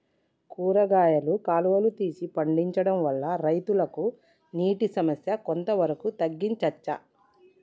కూరగాయలు కాలువలు తీసి పండించడం వల్ల రైతులకు నీటి సమస్య కొంత వరకు తగ్గించచ్చా?